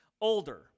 older